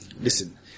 Listen